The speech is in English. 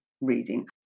reading